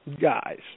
guys